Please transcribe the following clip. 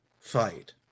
fight